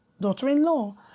daughter-in-law